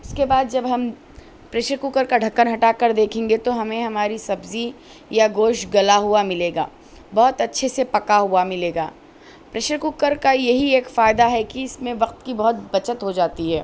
اس کے بعد جب ہم پریشر کوکر کا ڈھکن ہٹا کر دیکھیں گے تو ہمیں ہماری سبزی یا گوشت گلا ہوا ملے گا بہت اچّھے سے پکا ہوا ملے گا پریشر کوکر کا یہی ایک فائدہ ہے کہ اس میں وقت کی بہت بچت ہو جاتی ہے